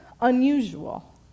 unusual